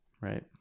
Right